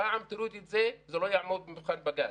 פעם תוריד את זה, זה לא יעמוד במבחן בג"ץ.